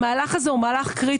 המהלך הזה קריטי.